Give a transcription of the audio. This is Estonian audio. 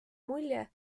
mulje